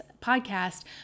podcast